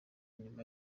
nyuma